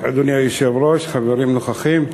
היושב-ראש, חברים נוכחים,